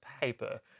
paper